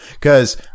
Cause